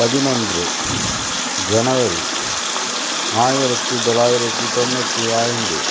பதினொன்று ஜனவரி ஆயிரத்து தொள்ளாயிரத்து தொண்ணூற்றி ஐந்து